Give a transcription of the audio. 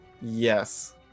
Yes